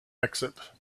exit